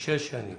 שש שנים.